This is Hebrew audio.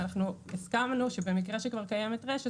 ואנחנו הסכמנו שבמקרה שכבר קיימת רשת